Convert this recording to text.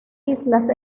islas